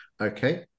Okay